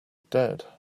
dead